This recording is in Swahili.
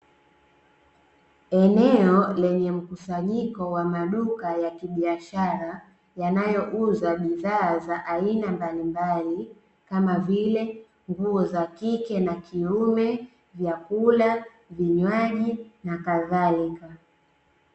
Eneo lenye mkusanyiko wa maduka ya kibiashara, yanayouza bidhaa za aina mbalimbali, kama vile: nguo za kike na kiume, vyakula, vinywaji na kadhalika.